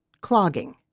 clogging